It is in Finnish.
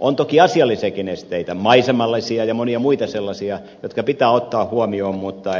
on toki asiallisiakin esteitä maisemallisia ja monia muita sellaisia jotka pitää ottaa huomioon mutta